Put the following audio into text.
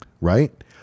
right